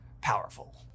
powerful